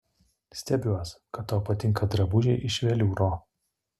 stebiuos kad tau patinka drabužiai iš veliūro